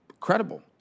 credible